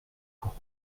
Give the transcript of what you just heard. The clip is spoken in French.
pour